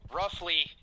roughly